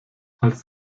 als